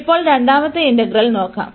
ഇപ്പോൾ രണ്ടാമത്തെ ഇന്റഗ്രൽ നോക്കാം